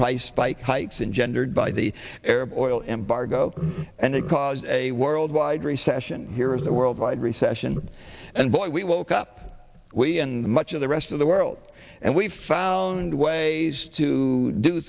price spike hikes ungendered by the arab oil embargo and it caused a worldwide recession here was a worldwide recession and boy we woke up we and much of the rest of the world and we found ways to do